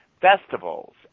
festivals